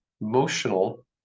emotional